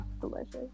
Delicious